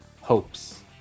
hopes